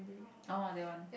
orh that one